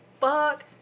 Fuck